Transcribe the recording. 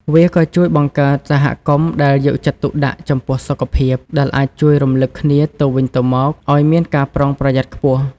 វាក៏ជួយបង្កើតសហគមន៍ដែលយកចិត្តទុកដាក់ចំពោះសុខភាព ដែលអាចជួយរំលឹកគ្នាទៅវិញទៅមកឲ្យមានការប្រុងប្រយ័ត្នខ្ពស់។